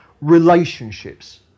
relationships